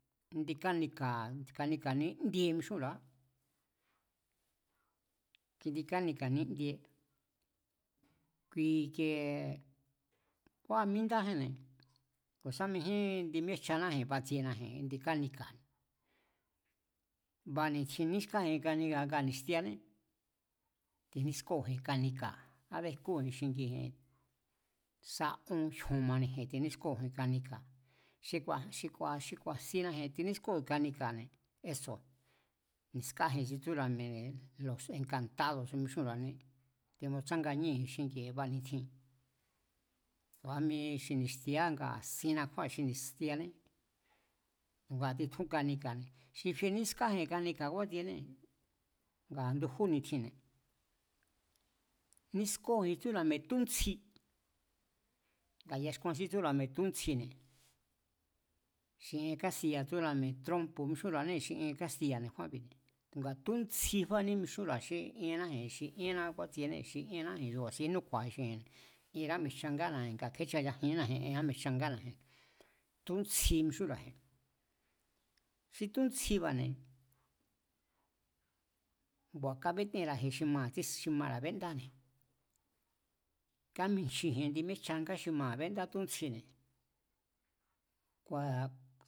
Indi kánika̱, kanika̱ nindie mixúnra̱á, kjindi kánika̱ nindie, kui ikiee ngua̱ mindaje̱nne̱ ku̱ sa majín indi míéjchanáji̱n batsienaji̱n indi kánika̱. Bani̱tjin nískáji̱n kanika̱ nga ni̱xtiané tinískóo̱ji̱n kanika̱, kábéjkuji̱n xingi̱ji̱n sa ón, jyon maniji̱n tinískóo̱ji̱n kanika̱, xi ku̱a̱, xi ku̱a̱, xi ku̱a̱sínaji̱n tinískóo̱jin kanika̱ne̱ eso̱ ni̱skáji̱n xi tsúra̱ mi̱e̱ne̱ lo̱s e̱nka̱ntádo̱s xi mixúnra̱anée̱, timutsánganíéji̱n xingi̱ji̱n bani̱tjin tu̱a mi xi ni̱xtia ngaa̱ sinna kjúáa̱ xi ni̱xtiané tu̱ngaa̱ titjún kanika̱ne̱. Xi fie nískáji̱n kanika̱ kjúátsienée̱ ngaa̱ ndujú ni̱tjinne̱, nískóo̱ji̱n xi tsúra̱ mi̱e̱ túntsji ngaa̱ yaxkuan xí tsúra̱ mi̱e̱ túntsjine̱ xi ien kástiya̱ tsúra̱ mi̱e̱ trompo̱ mixúnra̱anée̱ xi ien kástiya̱ nde̱kjúanbi̱ tu̱ngaa̱ túntsji kúáanní mixúra̱a xí iennáji̱n xi íénná kúátsiené xi ienáji̱n xi ku̱a̱sín núkju̱a̱ji̱n xi ji̱nne̱ ienrá mi̱e̱ jchangána̱ji̱n chayajiínaji̱n ienrá mi̱e̱jchangána̱ji̱n, túntsji mixúnra̱ji̱n. Xi túntsjiba̱ne̱ ngua̱ kabetenra̱ji̱n xi mara̱ béndáne̱, kámijnchiji̱n kjindi míé jchanga xi mara̱ béndá túntsjine̱, kua̱